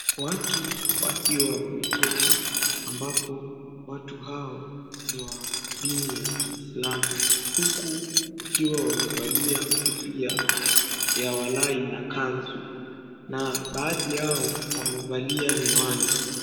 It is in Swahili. Watu wakiwa wameketi ambapo watu hao ni wa dini ya Kiislamu huku wakiwa wamevalia kofia ya walai na kanzu na baadhi yao wamevalia miwani.